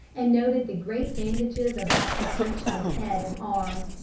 and noted the great bandages about the frenchman's head and arm.